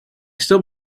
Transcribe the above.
still